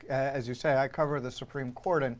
as you say, i cover the supreme court. and